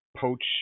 poach